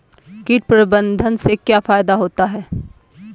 कीट प्रबंधन से क्या फायदा होता है?